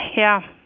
yeah,